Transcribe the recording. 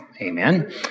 amen